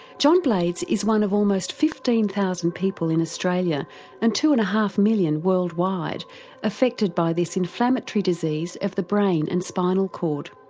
john blades is one of almost fifteen thousand people in australia and two and half million worldwide affected by this inflammatory disease of the brain and spinal cord.